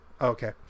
Okay